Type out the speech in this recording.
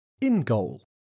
in-goal